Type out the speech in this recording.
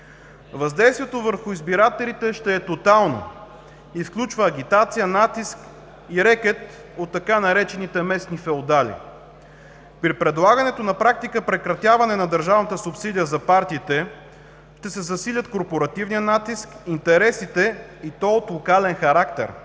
Въздействието върху избирателите ще е тотално и ще включва: агитация, натиск и рекет от така наречените „местни феодали“. При предлагането на практика прекратяване на държавната субсидия за партиите ще се засилят корпоративният натиск, интересите и то от локален характер.